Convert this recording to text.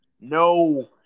No